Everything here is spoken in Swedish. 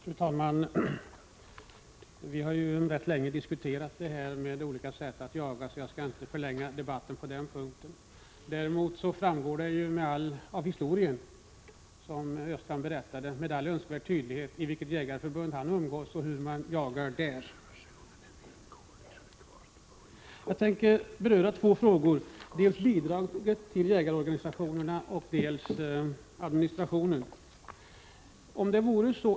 Fru talman! Vi har rätt länge diskuterat olika sätt att jaga, så jag skall inte förlänga debatten på den punkten. Däremot vill jag säga att det av den historia som Olle Östrand berättade framgår med all önskvärd tydlighet vilket jägarförbund han tillhör och hur man jagar där. Jag tänker beröra två frågor: dels bidraget till jägarorganisationerna, dels administrationen.